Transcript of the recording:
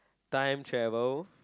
time travel